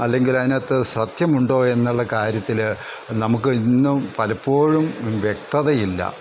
അല്ലെങ്കിൽ അതിനകത്ത് സത്യമുണ്ടോ എന്നുള്ള കാര്യത്തിൽ നമുക്ക് ഇന്നും പലപ്പോഴും വ്യക്തതയില്ല